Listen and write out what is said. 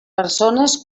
persones